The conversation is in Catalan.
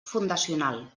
fundacional